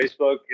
Facebook